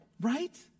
right